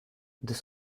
this